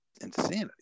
insanity